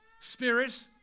spirit